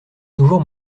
toujours